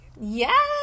Yes